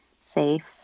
Safe